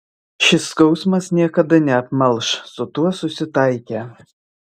šis skausmas niekada neapmalš su tuo susitaikė